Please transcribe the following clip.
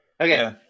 Okay